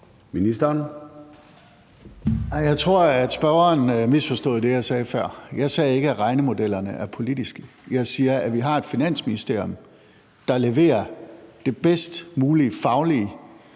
Wammen): Jeg tror, at spørgeren misforstod det, jeg sagde før. Jeg sagde ikke, at regnemodellerne er politiske. Jeg siger, at vi har et Finansministerium, der leverer det bedst mulige faglige